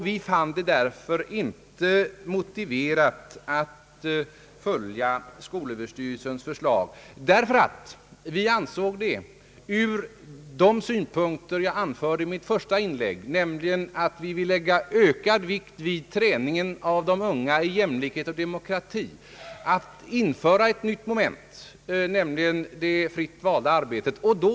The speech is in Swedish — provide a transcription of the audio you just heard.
Vi fann det inte motiverat att följa skolöverstyrelsens förslag därför att vi, i enlighet med de synpunkter jag anförde i mitt första inlägg, vill lägga ökad vikt vid träningen av de unga till jämlikhet och demokrati och införa ett nytt moment, nämligen det fritt valda arbetet, i undervisningen.